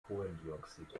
kohlendioxid